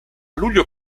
luglio